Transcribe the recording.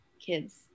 kids